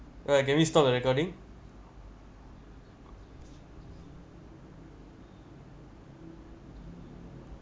uh can we stop the recording